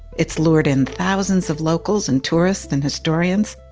it's lured in thousands of locals and tourists and historians.